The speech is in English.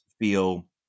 feel